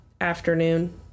afternoon